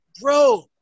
bro